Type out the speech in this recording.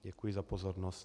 Děkuji za pozornost.